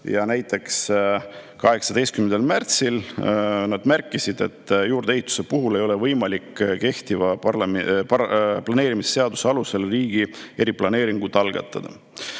Ja näiteks 18. märtsil nad märkisid, et juurdeehituse puhul ei ole võimalik kehtiva planeerimisseaduse alusel riigi eriplaneeringut algatada,